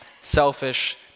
selfish